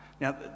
Now